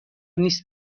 نیست